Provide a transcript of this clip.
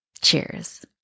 Cheers